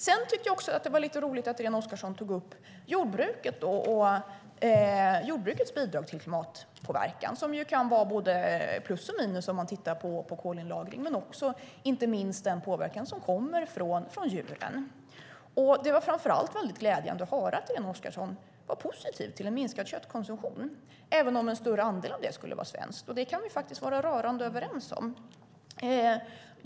Sedan tyckte jag att det var lite roligt att Irene Oskarsson tog upp jordbruket och jordbrukets bidrag när det gäller klimatpåverkan. Det kan ju vara både plus och minus, om man tittar på kolinlagring. Men det handlar också inte minst om den påverkan som kommer från djuren. Det var framför allt glädjande att höra att Irene Oskarsson var positiv till en minskad köttkonsumtion även om en större andel av köttet skulle vara svenskt. Det kan vi faktiskt vara rörande överens om.